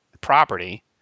property